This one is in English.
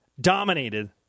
dominated